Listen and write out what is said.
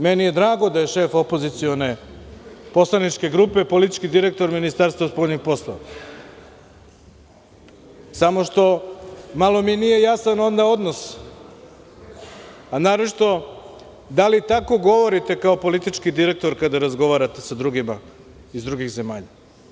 Meni je drago da je šef opozicione poslaničke grupe politički direktor Ministarstva spoljnih poslova, samo mi malo nije jasan onda odnos, a naročito da li tako govorite kao politički direktor kada razgovarate sa drugima iz drugih zemalja?